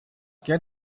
can